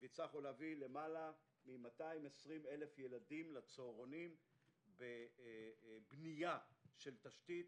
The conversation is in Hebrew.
הצלחנו להביא למעלה מ-220,000 ילדים לצהרונים בבניית תשתית,